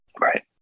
Right